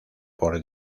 por